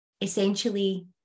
essentially